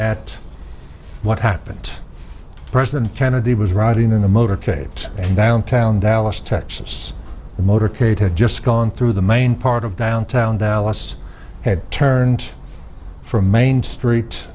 at what happened president kennedy was riding in the motorcade and downtown dallas texas the motorcade had just gone through the main part of downtown dallas had turned from main street